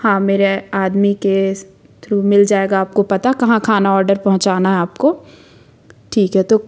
हाँ मेरे आदमी के थ्रू मिल जाएगा आपको पता कहाँ खाना ऑडर पहुंचाना है आपको ठीक है तो